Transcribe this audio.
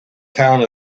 town